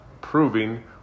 proving